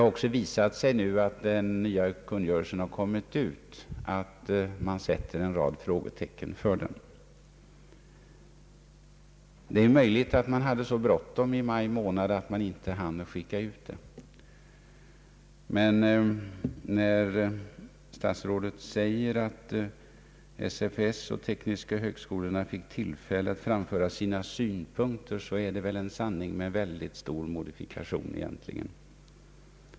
När den nya kungörelsen kommit ut har det också visat sig att det finns anledning att sätta en rad frågetecken för den. Det är möjligt att det var så bråttom i maj månad att departementet inte hann skicka ut något förslag för yttrande. När statsrådet säger att SFS och de tekniska högskolorna fick tillfälle att framföra sina synpunkter, så är det väl en sanning med väldigt stor modifikation.